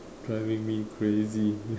driving me crazy